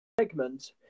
segment